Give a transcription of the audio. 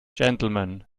gentlemen